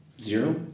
Zero